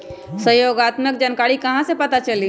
सहयोगात्मक जानकारी कहा से पता चली?